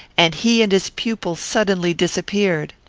and he and his pupil suddenly disappeared.